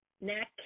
neck